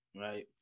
right